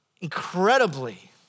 incredibly